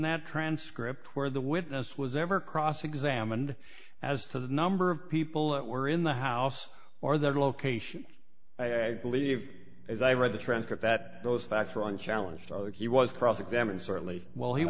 that transcript where the witness was ever cross examined as to the number of people that were in the house or their location i believe as i read the transcript that those facts were on challenged he was cross examined certainly while he